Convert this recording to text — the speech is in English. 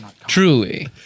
Truly